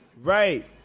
right